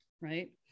right